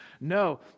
No